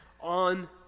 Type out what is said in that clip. on